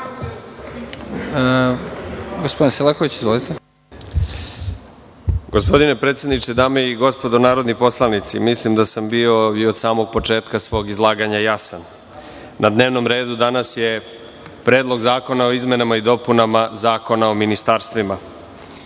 Gospodine predsedniče, dame i gospodo, narodni poslanici, mislim da sam od samog početka svog izlaganja bio jasan. Danas na dnevnom redu je Predlog zakona o izmenama i dopunama Zakona o ministarstvima.